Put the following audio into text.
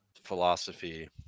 Philosophy